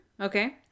Okay